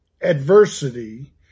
adversity